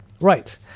Right